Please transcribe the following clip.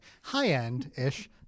high-end-ish